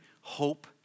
Hope